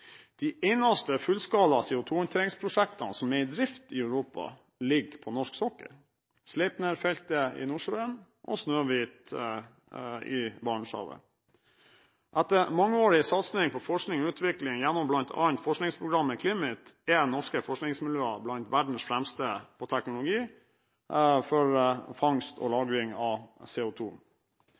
De eneste fullskala CO2-håndteringsprosjektene som er i drift i Europa, ligger på norsk sokkel: Sleipner-feltet i Nordsjøen og Snøhvit i Barentshavet. Etter mangeårig satsing på forskning og utvikling, gjennom bl.a. forskningsprogrammet CLIMIT, er norske forskningsmiljøer blant verdens fremste på teknologi for fangst og lagring av